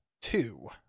two